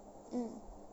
mm